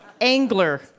Angler